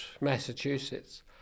Massachusetts